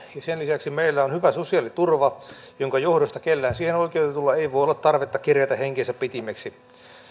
sen lisäksi meillä on hyvä sosiaaliturva jonka johdosta kellään siihen oikeutetulla ei voi olla tarvetta kerjätä henkensä pitimiksi